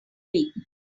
week